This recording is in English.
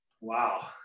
Wow